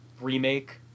remake